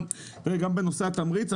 גם בנושא התמריץ,